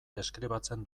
deskribatzen